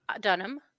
Dunham